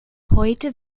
heute